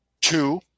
Two